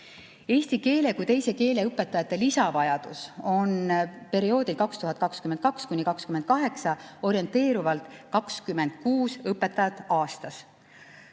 Eesti keele kui teise keele õpetajate lisavajadus on perioodil 2022–2028 orienteerivalt 26 õpetajat aastas.